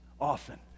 often